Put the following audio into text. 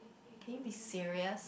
can you be serious